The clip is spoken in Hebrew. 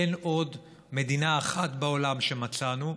אין עוד מדינה אחת בעולם שמצאנו,